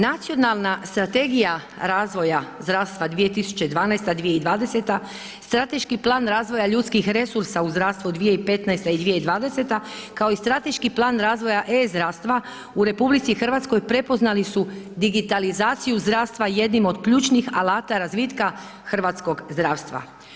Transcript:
Nacionalna Strategija razvoja zdravstva 2012.-2020., Strateški plan razvoja ljudskih resursa u zdravstvu 2015.-2020. kao i Strateški plan razvoja e-zdravstva u RH prepoznali su digitalizaciju zdravstva jednim od ključnih alata razvitka hrvatskog zdravstva.